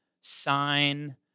sign